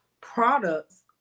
products